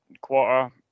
quarter